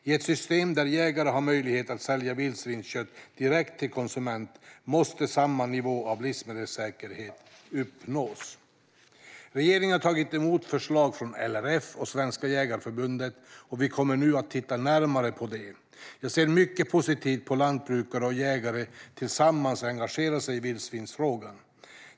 I ett system där jägare har möjlighet att sälja vildsvinskött direkt till konsument måste samma nivå av livsmedelssäkerhet uppnås. Regeringen har tagit emot förslaget från LRF och Svenska Jägareförbundet, och vi kommer nu att titta närmare på det. Jag ser mycket positivt på att lantbrukare och jägare tillsammans engagerar sig i vildsvinsfrågan.